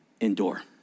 endure